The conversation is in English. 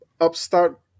upstart